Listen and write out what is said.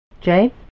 Jay